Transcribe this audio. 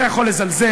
אתה יכול לזלזל,